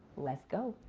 let's go.